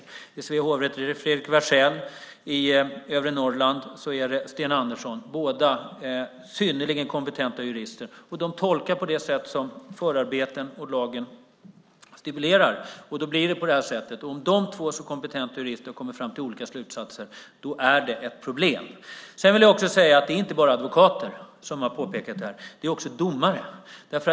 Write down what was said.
Vid Svea hovrätt är det Fredrik Wersäll, och i övre Norrland är det Sten Andersson. Båda är synnerligen kompetenta jurister. De tolkar på det sätt som förarbeten och lag stipulerar. Då blir det på det här sättet. Om de båda kompetenta juristerna har kommit fram till olika slutsatser är det ett problem. Jag vill också säga att det inte bara är advokater som har påpekat detta utan också domare.